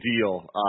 deal